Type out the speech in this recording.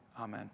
amen